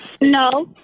No